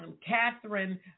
Catherine